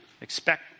Expect